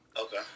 Okay